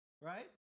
Right